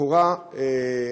לכאורה,